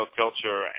culture